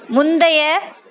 முந்தைய